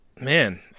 man